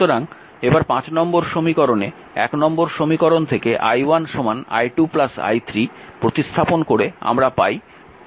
সুতরাং এবার নম্বর সমীকরণে নম্বর সমীকরণ থেকে i1 i2 i3 প্রতিস্থাপন করে আমরা পাই 2 i2 i3 8 i2 5